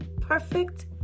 perfect